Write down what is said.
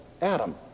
Adam